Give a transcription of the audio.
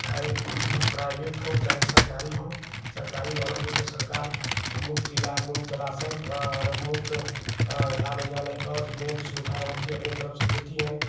चाहे प्राइवेट हो चाहे सरकारी हो सरकारी वालों को तो सरकार मुफ़्त इलाज मुफ़्त राशन मुफ्त आने जाने का और जितनी भी सुविधाएँ होती हैं अपनी तरफ से देती हैं